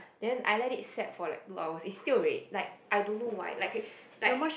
then I let it set for like two hours it's still red like I don't know why like okay like